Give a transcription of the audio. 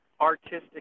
artistic